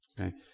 Okay